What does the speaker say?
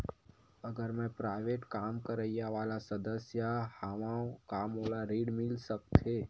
अगर मैं प्राइवेट काम करइया वाला सदस्य हावव का मोला ऋण मिल सकथे?